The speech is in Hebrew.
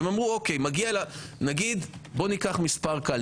בוא ניקח מספר קל.